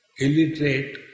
Illiterate